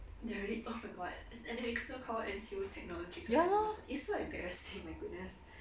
ya lor